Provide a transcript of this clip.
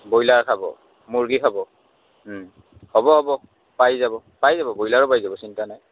broiler খাব মুৰ্গী খাব পাব পাব পাই যাব পাই যাব ব্ৰইলাৰো পাই যাব চিন্তা নাই